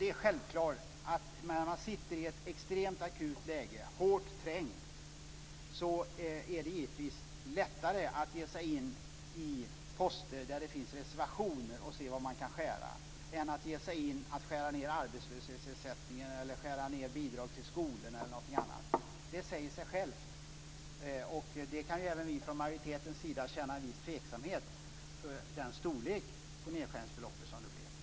Det är självklart att det när man sitter i ett extremt akut läge och är hårt trängd är lättare att ge sig in på poster där det finns reservationer för att se var man kan skära än att ge sig in på att skära ned på arbetslöshetsersättning, på bidrag till skolor osv. Det säger sig självt. Även vi i majoriteten kan känna en viss tveksamhet inför den storlek på nedskärningsbeloppet som det blev.